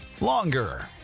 longer